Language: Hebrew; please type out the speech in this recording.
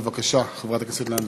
בבקשה, חברת הכנסת לנדבר.